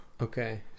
Okay